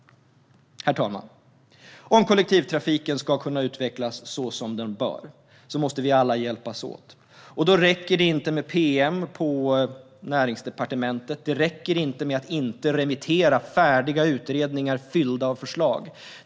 Herr talman! Om kollektivtrafiken ska kunna utvecklas så som den bör måste vi alla hjälpas åt, och då räcker det inte med pm på Näringsdepartementet. Det räcker inte att inte remittera färdiga utredningar fyllda av förslag.